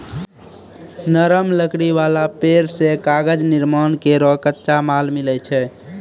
नरम लकड़ी वाला पेड़ सें कागज निर्माण केरो कच्चा माल मिलै छै